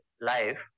life